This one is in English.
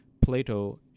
Plato